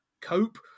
cope